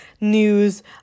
news